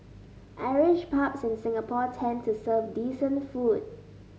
Irish pubs in Singapore tend to serve decent food